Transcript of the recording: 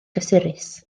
gysurus